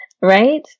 right